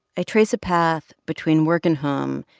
a trace a path between work and home.